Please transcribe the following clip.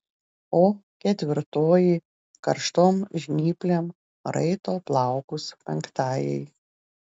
o ketvirtoji karštom žnyplėm raito plaukus penktajai